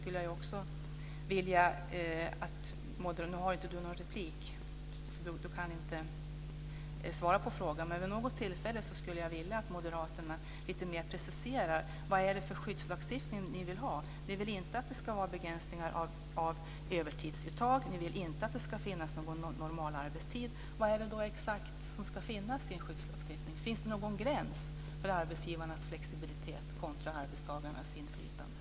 Nu har inte Christel Anderberg rätt till någon mer replik och kan inte svara på min fråga, men vid något tillfälle skulle jag vilja att ni moderater lite mer preciserade vad det är för skyddslagstiftning ni vill ha. Ni vill inte att det ska vara begränsningar av övertidsuttag. Ni vill inte att det ska finnas någon normalarbetstid. Vad är det då exakt som ska finnas i en skyddslagstiftning? Finns det någon gräns för arbetsgivarnas flexibilitet kontra arbetstagarnas inflytande?